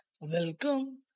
Welcome